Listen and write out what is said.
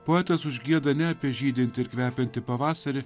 poetas užgieda ne apie žydintį ir kvepiantį pavasarį